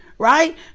right